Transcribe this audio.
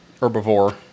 herbivore